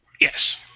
Yes